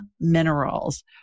Minerals